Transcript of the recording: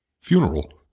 funeral